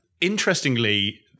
Interestingly